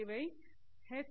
இவை எச்